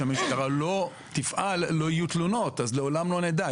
יש עבירות שאין תלונות והמשטרה לא תפעל ולעולם לא נדע.